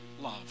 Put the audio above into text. love